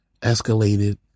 Escalated